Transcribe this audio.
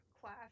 class